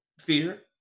fear